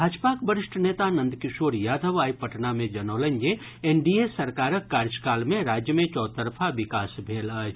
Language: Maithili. भाजपाक वरिष्ठ नेता नंदकिशोर यादव आइ पटना मे जनौलनि जे एनडीए सरकारक कार्यकाल मे राज्य मे चौतरफा विकास भेल अछि